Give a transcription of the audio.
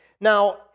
Now